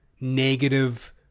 negative